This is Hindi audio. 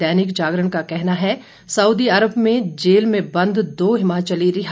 दैनिक जागरण का कहना है सउदी अरब में जेले में बंद दो हिमाचली रिहा